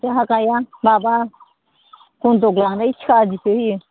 जोंहा गाया माबा बन्दक लानाय थिखा आदिसो होयो